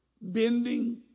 bending